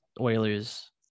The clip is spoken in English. Oilers